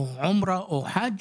או עומרה או חג',